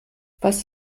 was